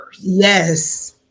yes